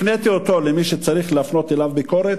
הפניתי אותו למי שצריך להפנות אליו ביקורת,